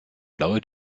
blaue